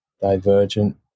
divergent